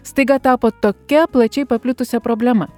staiga tapo tokia plačiai paplitusia problema